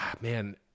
Man